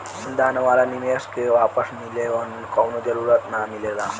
दान वाला निवेश के वापस मिले कवनो जरूरत ना मिलेला